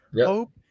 Hope